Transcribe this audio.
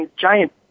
giant